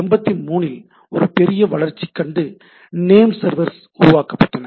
83 இல் ஒரு பெரிய வளர்ச்சி கண்டு நேம் சர்வர்கள் உருவாக்கப்பட்டன